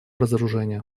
разоружения